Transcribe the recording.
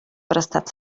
prestat